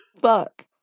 Fuck